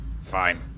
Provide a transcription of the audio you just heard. fine